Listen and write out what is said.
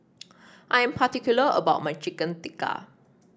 I am particular about my Chicken Tikka